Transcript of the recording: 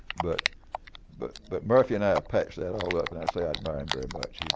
but but but murphy and i have patched that all up and i say i admire him very much.